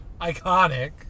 Iconic